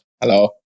Hello